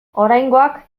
oraingoak